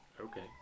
Okay